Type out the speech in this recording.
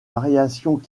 variations